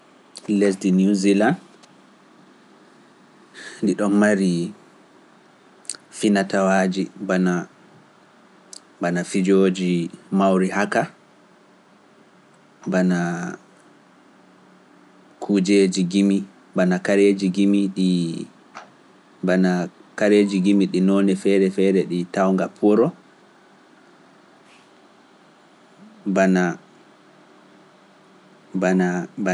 Lesdi New Zealand, ndi ɗo mari finatawaaji, bana fijoji mawri haka, bana kujeeji gimi, bana kareeji gimi ɗi noone feere feere ɗi tawnga puuro, bana...